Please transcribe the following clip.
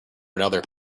another